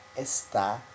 está